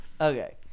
Okay